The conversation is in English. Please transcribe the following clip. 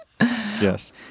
Yes